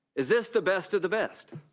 is this the best of the best?